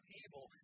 evil